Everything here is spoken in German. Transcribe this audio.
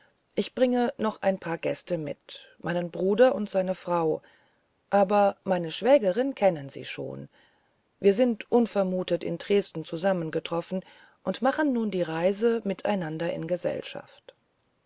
ich bringe noch ein paar gäste mit meinen bruder und seine frau aber meine schwägerin kennen sie schon wir sind unvermutet in dresden zusammengetroffen und machen nun die reise mit einander in gesellschaft